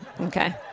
Okay